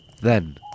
Then